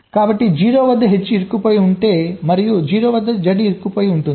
కాబట్టి 0 వద్ద H ఇరుక్కుపోయి ఉంటుంది మరియు 0 వద్ద Z ఇరుక్కుపోయి ఉంటుంది